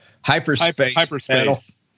hyperspace